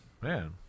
man